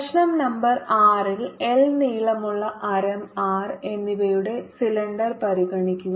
പ്രശ്നo number 6 ൽ L നീളമുള്ള ആരം ആർ എന്നിവയുടെ സിലിണ്ടർ പരിഗണിക്കുക